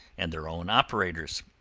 and their own operators.